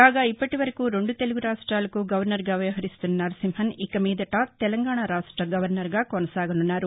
కాగా ఇప్పటివరకూ రెందు తెలుగు రాష్ట్వాలకు గవర్నర్గా వ్యవహరిస్తున్న నరసింహన్ ఇక మీదట తెలంగాణ రాష్ట గవర్నర్గా కొనసాగనున్నారు